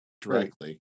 directly